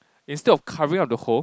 instead of covering up the hole